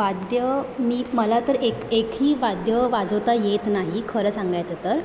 वाद्य मी मला तर एक एकही वाद्य वाजवता येत नाही खरं सांगायचं तर